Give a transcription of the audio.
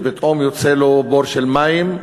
ופתאום יוצא לו בור של מים,